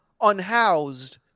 unhoused